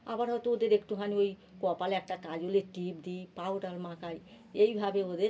আবার হয়তো ওদের একটুখানি ওই কপালে একটা কাজলের টিপ দিই পাউডার মাখাই এইভাবে ওদের